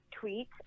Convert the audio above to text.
tweet